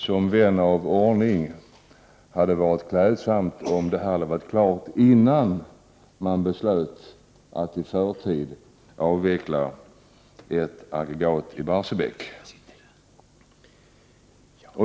Det hade varit klädsamt, tycker jag som vän av ordning, om det hade varit klart innan man beslöt att i förtid avveckla ett aggregat i Barsebäck.